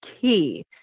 key